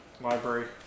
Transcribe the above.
library